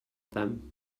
them